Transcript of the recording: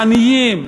לעניים,